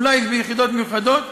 אולי ביחידות מיוחדות.